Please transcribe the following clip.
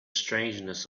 strangeness